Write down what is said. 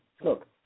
look